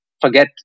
forget